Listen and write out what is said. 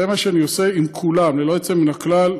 זה מה שאני עושה עם כולם, ללא יוצא מן הכלל,